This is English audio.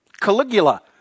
Caligula